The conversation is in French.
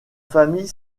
famille